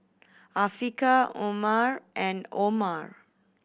Afiqah Umar and Omar